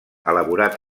elaborat